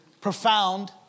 profound